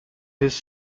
his